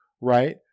Right